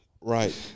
right